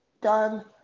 done